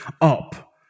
up